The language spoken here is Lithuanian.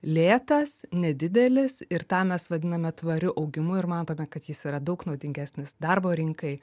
lėtas nedidelis ir tą mes vadiname tvariu augimu ir matome kad jis yra daug naudingesnis darbo rinkai